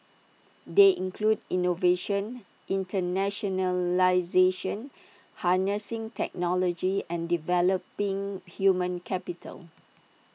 they include innovation internationalisation harnessing technology and developing human capital